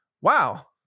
Wow